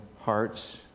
hearts